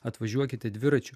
atvažiuokite dviračiu